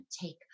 take